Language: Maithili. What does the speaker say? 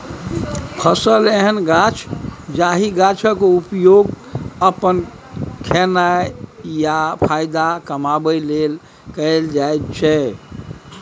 फसल एहन गाछ जाहि गाछक उपयोग अपन खेनाइ या फाएदा कमाबै लेल कएल जाइत छै